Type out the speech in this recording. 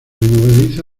movediza